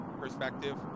perspective